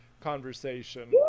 conversation